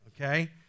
Okay